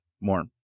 more